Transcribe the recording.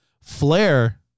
Flair